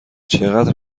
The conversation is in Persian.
چقدر